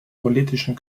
politischen